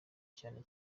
cyane